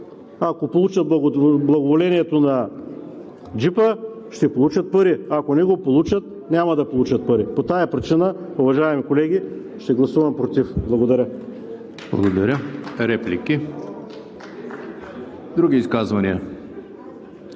ако получат благоволението на джипа, ще получат пари, ако не го получат – няма да получат пари. По тази причина, уважаеми колеги, ще гласувам „против“. Благодаря. ПРЕДСЕДАТЕЛ ЕМИЛ ХРИСТОВ: Благодаря. Реплики? Други изказвания?